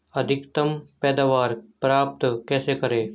अधिकतम पैदावार प्राप्त कैसे करें?